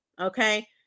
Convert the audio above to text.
Okay